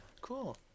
Cool